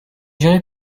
gérée